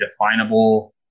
definable